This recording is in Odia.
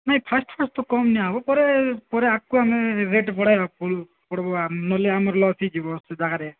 ନାଇଁ ଫାଷ୍ଟ୍ ଫାଷ୍ଟ୍ ତ କମ ନିଆହେବ ପରେ ପରେ ଆଗକୁ ଆମେ ରେଟ୍ ବଢ଼େଇବାକୁ ପଡ଼ିବ ନହେଲେ ଆମର ଲସ୍ ହୋଇଯିବ ବାହାରେ